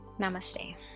Namaste